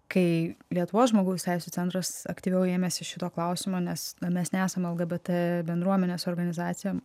kai lietuvos žmogaus teisių centras aktyviau ėmėsi šito klausimo nes mes nesam lgbt bendruomenės organizacija